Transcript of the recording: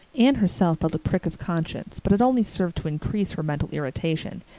anne herself felt a prick of conscience but it only served to increase her mental irritation,